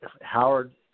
Howard